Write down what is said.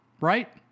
right